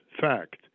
fact